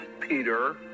Peter